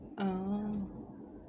ah